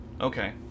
Okay